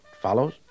follows